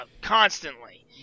Constantly